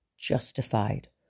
justified